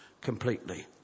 completely